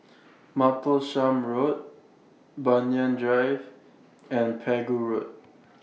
Martlesham Road Banyan Drive and Pegu Road